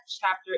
chapter